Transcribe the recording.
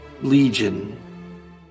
Legion